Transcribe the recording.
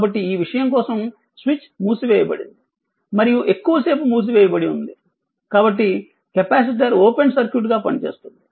కాబట్టి ఈ విషయం కోసం స్విచ్ మూసివేయబడింది మరియు ఎక్కువసేపు మూసివేయబడి ఉంది కాబట్టి కెపాసిటర్ ఓపెన్ సర్క్యూట్గా పనిచేస్తుంది